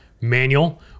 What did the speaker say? Manual